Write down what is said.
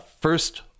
first